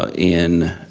ah in